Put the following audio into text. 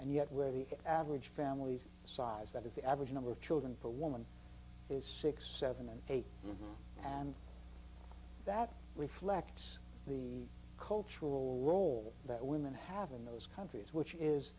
and yet where the average family size that is the average number of children for a woman is sixty seven and eight and that reflects the cultural role that women have in those countries which is